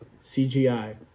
CGI